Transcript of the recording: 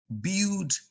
build